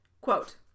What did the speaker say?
Quote